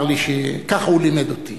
ככה הוא לימד אותי.